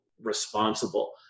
responsible